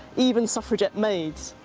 even suffragette maids.